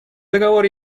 договор